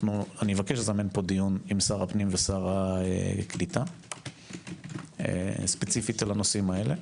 אבקש לזמן פה דיון עם שר הפנים ושר הקליטה ספציפית בנושאים הללו.